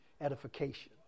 edification